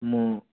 म